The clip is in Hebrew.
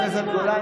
חברת הכנסת גולן,